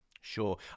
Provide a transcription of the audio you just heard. Sure